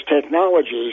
Technologies